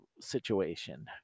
situation